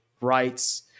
rights